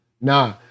Nah